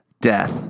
death